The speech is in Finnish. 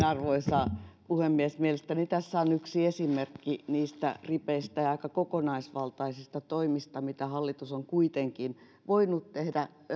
arvoisa puhemies mielestäni tässä on yksi esimerkki niistä ripeistä ja aika kokonaisvaltaisista toimista mitä hallitus on kuitenkin voinut tehdä